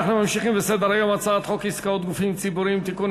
אנחנו ממשיכים בסדר-היום: הצעת חוק עסקאות גופים ציבוריים (תיקון,